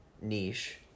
niche